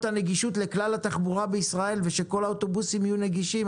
הנגישות לכלל התחבורה בישראל ושכל האוטובוסים יהיו נגישים,